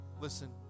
Listen